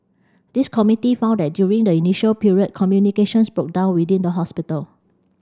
the committee found that during the initial period communications broke down within the hospital